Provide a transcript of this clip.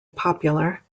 popular